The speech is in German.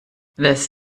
das